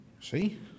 See